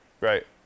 Right